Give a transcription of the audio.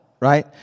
right